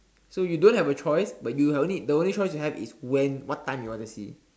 so you don't have a choice but you are only the only choice you have is when what time you wanna see